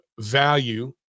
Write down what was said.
value